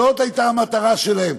זאת הייתה המטרה שלהם.